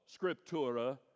scriptura